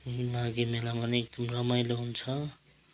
माघे मेलामा नि एकदम रमाइलो हुन्छ